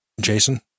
Jason